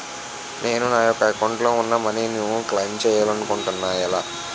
నేను నా యెక్క అకౌంట్ లో ఉన్న మనీ ను క్లైమ్ చేయాలనుకుంటున్నా ఎలా?